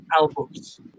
albums